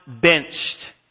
benched